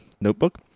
notebook